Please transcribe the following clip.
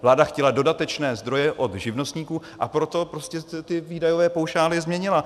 Vláda chtěla dodatečné zdroje od živnostníků, a proto prostě ty výdajové paušály změnila.